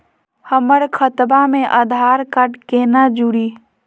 हमर खतवा मे आधार कार्ड केना जुड़ी?